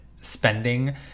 spending